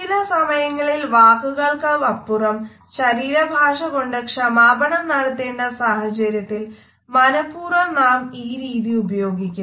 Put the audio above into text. ചില സമയങ്ങളിൽ വാക്കുകൾക്കുമപ്പുറം ശരീരഭാഷ കൊണ്ട് ക്ഷമാപണം നടത്തേണ്ട സാഹചര്യത്തിൽ മനഃപൂർവം നാം ഈ രീതി ഉപയോഗിക്കുന്നു